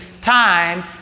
time